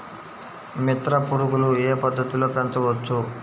మిత్ర పురుగులు ఏ పద్దతిలో పెంచవచ్చు?